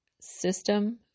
system